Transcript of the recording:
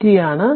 dt ആണ്